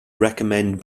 recommend